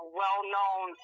well-known